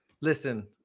Listen